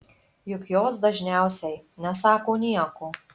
juk jos dažniausiai nesako nieko